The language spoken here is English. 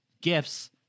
gifts